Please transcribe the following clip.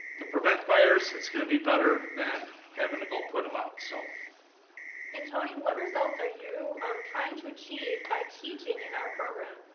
to prevent fires it's going to be better than having to go put them out. so and tony, what results are you um trying to achieve by teaching in our program.